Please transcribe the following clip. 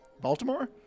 Baltimore